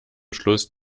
schluss